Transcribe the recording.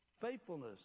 faithfulness